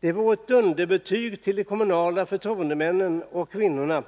Det vore ett underbetyg till de kommunala förtroendemännen och kvinnorna